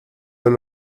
del